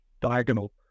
diagonal